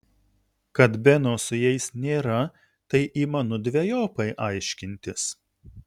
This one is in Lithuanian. kad beno su jais nėra tai įmanu dvejopai aiškintis